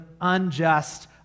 unjust